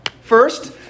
First